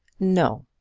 no.